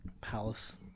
Palace